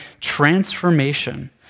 transformation